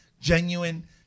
genuine